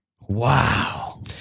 wow